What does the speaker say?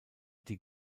die